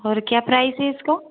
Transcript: और क्या प्राइज़ है इसका